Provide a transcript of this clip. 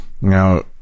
Now